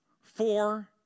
four